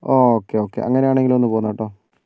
ആ okay okay അങ്ങനെ ആണെങ്കിൽ ഒന്ന് പോന്നോ കെട്ടോ